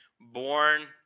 Born